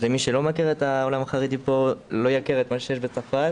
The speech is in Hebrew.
אז מי שלא מכיר את העולם החרדי פה לא יכיר את מה שיש בצרפת.